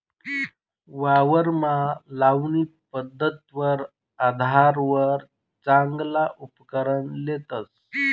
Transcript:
वावरमा लावणी पध्दतवर आधारवर चांगला उपकरण लेतस